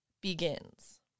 begins